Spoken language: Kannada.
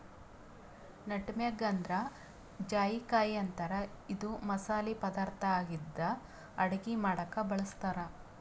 ನಟಮೆಗ್ ಅಂದ್ರ ಜಾಯಿಕಾಯಿ ಅಂತಾರ್ ಇದು ಮಸಾಲಿ ಪದಾರ್ಥ್ ಆಗಿದ್ದ್ ಅಡಗಿ ಮಾಡಕ್ಕ್ ಬಳಸ್ತಾರ್